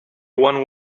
one